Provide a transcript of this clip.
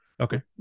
Okay